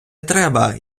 треба